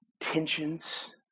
tensions